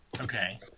Okay